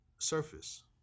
Surface